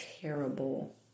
terrible